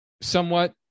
somewhat